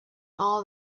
all